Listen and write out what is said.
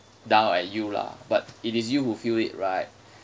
down at you lah but it is you who feel it right